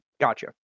Gotcha